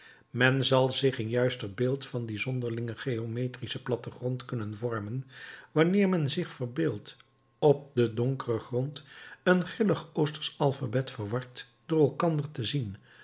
men zal zich een juister beeld van dien zonderlingen geometrischen plattegrond kunnen vormen wanneer men zich verbeeldt op den donkeren grond een grillig oostersch alphabet verward door elkander te zien